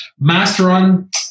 Masteron